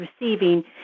receiving